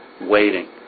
waiting